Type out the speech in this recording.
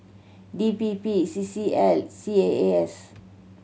D P P C C L C A A S